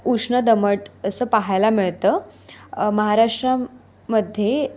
उष्ण दमट असं पाहायला मिळतं महाराष्ट्रामध्ये